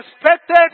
expected